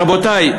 רבותי,